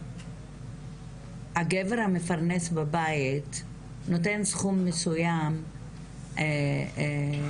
שהגבר המפרנס בבית נותן סכום מסוים לאשתו,